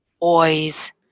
Boys